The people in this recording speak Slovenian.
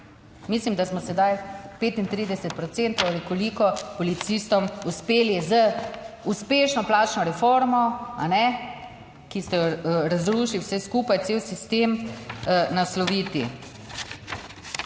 Mislim, da smo sedaj 35 procentov ali koliko policistom uspeli z uspešno plačno reformo, ki ste jo razrušili, vse skupaj cel sistem nasloviti.